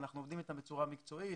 אנחנו עובדים איתם בצורה מקצועית,